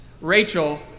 Rachel